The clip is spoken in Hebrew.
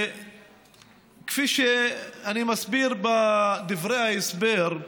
כפי שאני מסביר בדברי ההסבר,